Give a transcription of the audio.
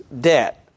debt